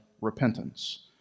repentance